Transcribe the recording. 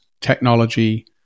technology